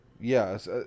yes